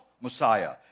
Messiah